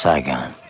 Saigon